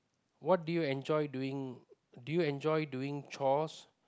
what do you enjoy doing do you enjoy doing chores